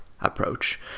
approach